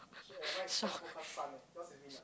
shore